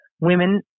women